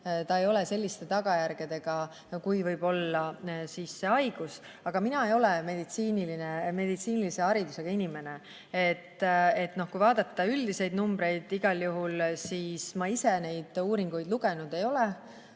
see ei ole selliste tagajärgedega, kui võib olla see haigus. Aga mina ei ole meditsiinilise haridusega inimene. Kui vaadata üldiseid numbreid, siis igal juhul – ma ise neid uuringuid lugenud ei ole